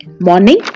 morning